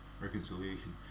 reconciliation